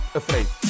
afraid